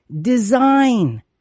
design